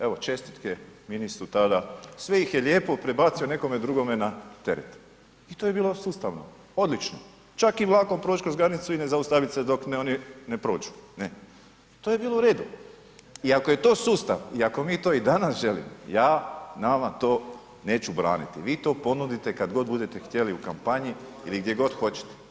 Evo, čestitke ministru tada, sve ih je lijepo prebacio nekome drugome na teret i to je bilo sustavno, odlično, čak i vlakom proć kroz granicu i ne zaustavit se dok oni ne prođu, to je bilo u redu i ako je to sustav i ako mi to i danas želimo, ja nama to neću braniti, vi to ponudite kad god budete htjeli u kampanji ili gdje god hoćete.